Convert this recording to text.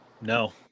No